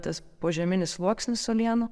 tas požeminis sluoksnis uolienų